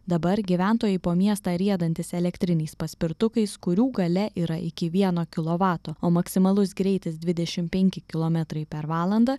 dabar gyventojai po miestą riedantys elektriniais paspirtukais kurių galia yra iki vieno kilovato o maksimalus greitis dvidešimt penki kilometrai per valandą